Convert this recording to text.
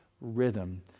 rhythm